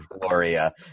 Gloria